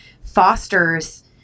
fosters